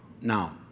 Now